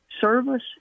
service